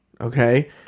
Okay